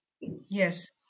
yes